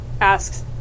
asks